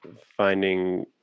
finding